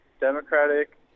Democratic